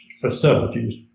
facilities